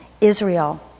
Israel